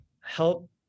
help